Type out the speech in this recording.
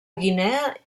guinea